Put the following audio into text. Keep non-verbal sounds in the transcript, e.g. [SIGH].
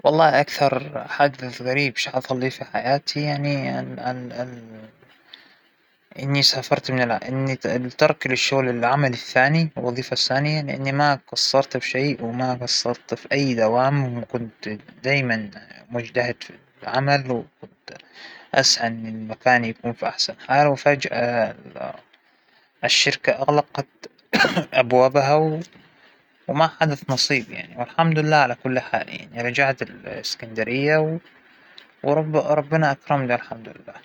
ما بو أى شى غريب صارلى بحياتى، الحمد لله حياتى حياة هادئة وجميلة، و ما - ما بى شى غريب، ما بتذكر أى موقف صارلى، لكن خلينى أحكى، إن أكثر موقف [HESITATION] مؤلم [HESITATION] مريت بيه، إنه يوم وفاة الوالد الله يرحمه، لكن غير هكذا الحمد لله مابو شى.